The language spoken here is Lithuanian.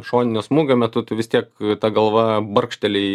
šoninio smūgio metu tu vis tiek ta galva barkšteli